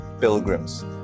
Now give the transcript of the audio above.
pilgrims